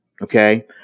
Okay